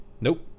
Nope